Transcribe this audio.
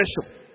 special